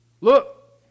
Look